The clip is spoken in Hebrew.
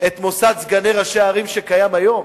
את מוסד סגני ראשי ערים שקיים היום,